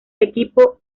equipo